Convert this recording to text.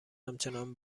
همچنان